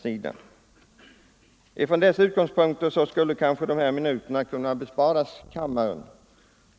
Med dessa utgångspunkter skulle kanske dessa minuter kunna besparas kammaren.